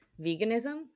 Veganism